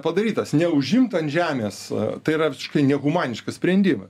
padarytas neužimt ant žemės tai yra visiškai nehumaniškas sprendimas